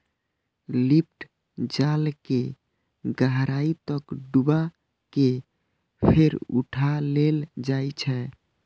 lift जाल कें गहराइ तक डुबा कें फेर उठा लेल जाइ छै